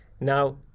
now